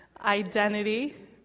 identity